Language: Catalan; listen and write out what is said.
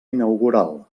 inaugural